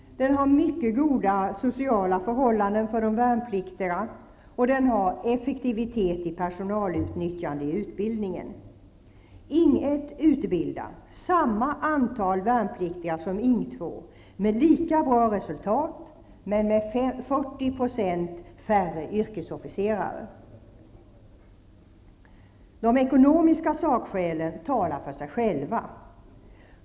Den har mycket goda sociala förhållanden för de värnpliktiga. --Den har effektivt personalutnyttjande i utbildningen. Ing 1 utbildar samma antal värnpliktiga som Ing 2 med lika bra resultat men med 40 % färre yrkesofficerare. De ekonomiska sakskälen talar för sig själva.